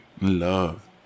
Love